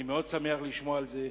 אני מאוד שמח לשמוע על זה,